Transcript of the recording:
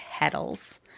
Heddle's